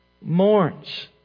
mourns